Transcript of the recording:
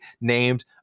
named